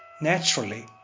Naturally